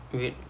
wait